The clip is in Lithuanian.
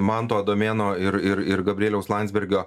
manto adomėno ir ir ir gabrieliaus landsbergio